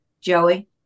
Joey